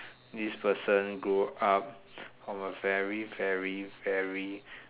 this person grow up of a very very very